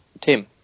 Tim